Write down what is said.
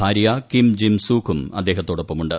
ഭാര്യ കിം ജ്ജിം സൂക്കും അദ്ദേഹത്തോടൊപ്പമുണ്ട്